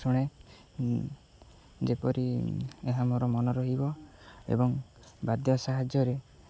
ଶୁଣେ ଯେପରି ଏହା ମୋର ମନ ରହିବ ଏବଂ ବାଦ୍ୟ ସାହାଯ୍ୟରେ